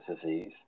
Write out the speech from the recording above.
disease